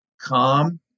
Calm